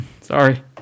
Sorry